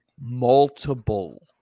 multiple